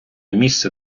місце